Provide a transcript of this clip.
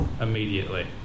immediately